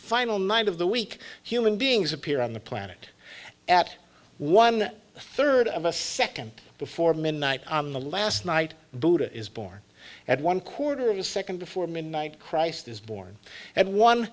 final night of the week human beings appear on the planet at one third of a second before midnight on the last night buddha is born at one quarter of a second before midnight christ is born and one